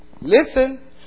Listen